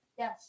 Yes